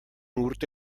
urte